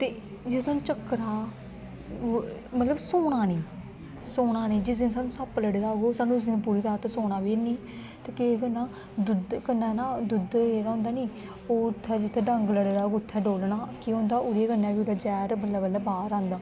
ते जे सानू चक्कर आए मतलब सौना नेईं सौना नेईं जेकर सानू सप्प लडे़ दा होग ओह् उस दिन पूरी रात सौना बी है नी ते केह् करना दुध कन्ने ना दुध जेहड़ा होंदा नेई ओह् उत्थे जित्थे डंग लग्गे दा होग उत्थे डोह्लना केह् होंदा ओहदे कन्ने बी जेहड़ा जहर बल्लें बल्लें बाहर आंदा